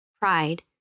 pride